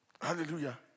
Hallelujah